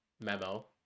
memo